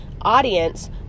audience